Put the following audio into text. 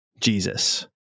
Jesus